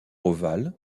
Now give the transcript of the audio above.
ovale